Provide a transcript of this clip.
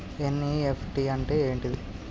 NEFT అంటే ఏంటిది?